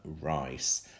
Rice